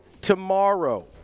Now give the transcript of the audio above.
tomorrow